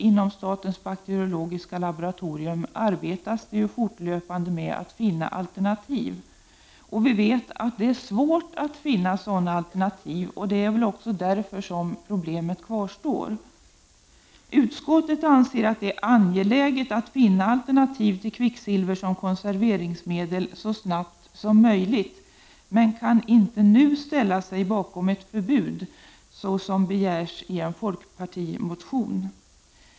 Inom statens bakterologiska laboratorium arbetar man fortlöpande med att finna alternativ. Vi vet att det är svårt att finna sådana alternativ. Det är väl därför som problemet kvarstår. Utskottet anser att det är angeläget att finna alternativ till kvicksilver som konserveringsmedel så snabbt som möjligt, men vi kan inte nu ställa oss bakom ett förbud såsom begärs i en folkpartimotion.